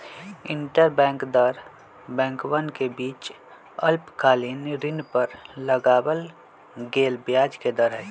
interbank दर बैंकवन के बीच अल्पकालिक ऋण पर लगावल गेलय ब्याज के दर हई